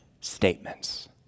statements